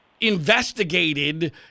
investigated